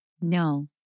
no